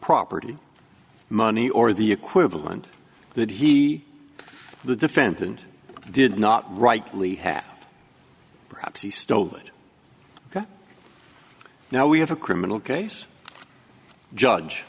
property money or the equivalent that he the defendant did not rightly have perhaps he stole it ok now we have a criminal case judge